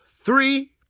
three